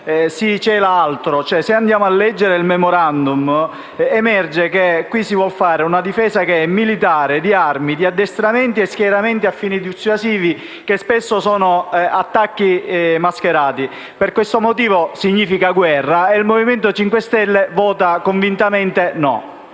Se andiamo a leggere il *memorandum*, emerge che qui si vuol fare una difesa militare, di armi, di addestramenti e schieramenti a fini dissuasivi, che spesso sono attacchi mascherati. Questo significa guerra e per questo motivo il Movimento 5 Stelle voterà convintamente no.